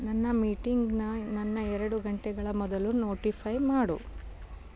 ನನ್ನ ಮೀಟಿಂಗ್ನ ನನ್ನ ಎರಡು ಗಂಟೆಗಳ ಮೊದಲು ನೋಟಿಫೈ ಮಾಡು